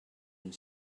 une